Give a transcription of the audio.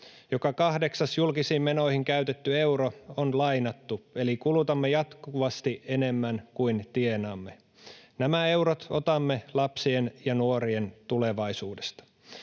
Joka kahdeksas julkisiin menoihin käytetty euro on lainattu, eli kulutamme jatkuvasti enemmän kuin tienaamme. Nämä eurot otamme lapsien ja nuorien tulevaisuudesta.